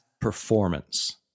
performance